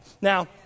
Now